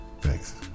Thanks